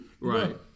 Right